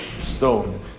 Stone